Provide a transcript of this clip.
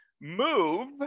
move